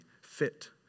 fit